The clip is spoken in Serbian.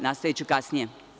Nastaviću kasnije.